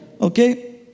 Okay